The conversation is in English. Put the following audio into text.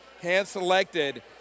hand-selected